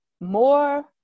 more